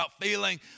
feeling